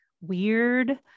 weird